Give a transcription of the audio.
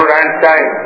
Einstein